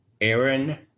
Aaron